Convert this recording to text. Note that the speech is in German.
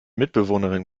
mitbewohnerin